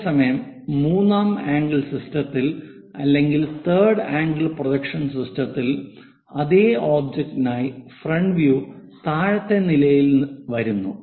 അതേസമയം മൂന്നാം ആംഗിൾ സിസ്റ്റത്തിൽ അല്ലെങ്കിൽ തേർഡ് ആംഗിൾ പ്രൊജക്ഷൻ സിസ്റ്റത്തിൽ അതേ ഒബ്ജക്റ്റിനായി ഫ്രണ്ട് വ്യൂ താഴത്തെ നിലയിൽ വരുന്നു